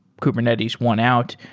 kubernetes won out.